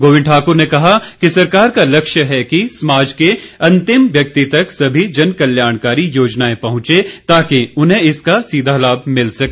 गोविन्द ठाकुर ने कहा कि सरकार का लक्ष्य है कि समाज के अंतिम व्यक्ति तक सभी जन कल्याणकारी योजनाएं पहुंचे ताकि उन्हें इसका सीधा लाभ मिल सके